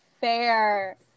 fair